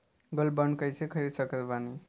Gold bond कईसे खरीद सकत बानी?